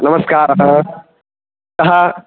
नमस्कारः कः